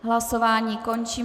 Hlasování končím.